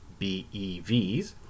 BEVs